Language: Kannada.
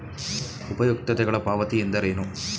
ಉಪಯುಕ್ತತೆಗಳ ಪಾವತಿ ಎಂದರೇನು?